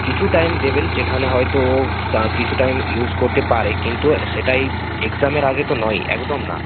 কিছু টাইম দেবেন যেখানে হয়তো ও সা কিছু টাইম ইউজ করতে পারে কিন্তু সেটা এই এক্স্যামের আগে তো নয়ই একদম না